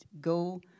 go